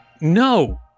No